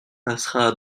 passera